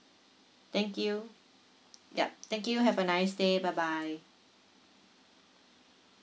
thank you yup thank you have a nice day bye bye